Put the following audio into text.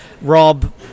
Rob